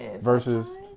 Versus